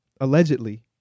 Allegedly